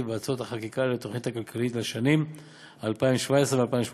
והצעות החקיקה לתוכנית הכלכלית לשנים 2017 ו-2018